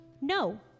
No